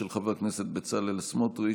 של חבר הכנסת בצלאל סמוטריץ',